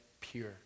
pure